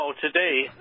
today